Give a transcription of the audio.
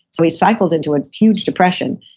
so he cycled into a huge depression.